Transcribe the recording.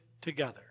together